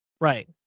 Right